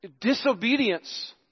disobedience